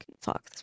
fuck